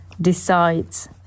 decides